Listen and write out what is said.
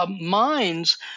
Minds